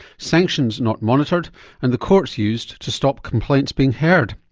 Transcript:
sanctions not monitored and the courts used to stop complaints being heard.